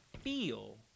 feel